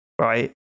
right